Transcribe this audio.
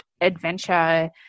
adventure